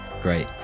great